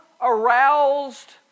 aroused